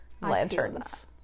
lanterns